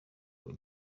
rwa